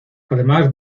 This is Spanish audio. además